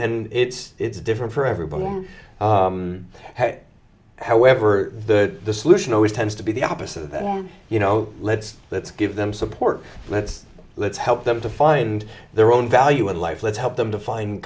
and it's different for everybody however the solution always tends to be the opposite of you know let's let's give them support let's let's help them to find their own value in life let's help them to find